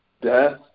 Death